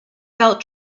felt